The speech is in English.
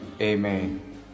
Amen